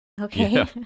Okay